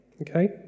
Okay